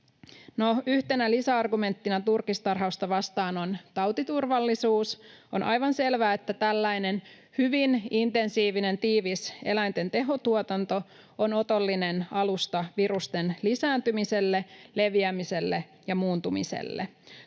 yhtenä lisäargumenttina turkistarhausta vastaan on tautiturvallisuus. On aivan selvää, että tällainen hyvin intensiivinen, tiivis eläinten tehotuotanto on otollinen alusta virusten lisääntymiselle, leviämiselle ja muuntumiselle.